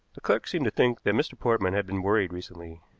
the clerk seemed to think that mr. portman had been worried recently.